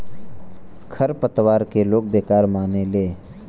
खर पतवार के लोग बेकार मानेले